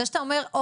זה שאתה אומר,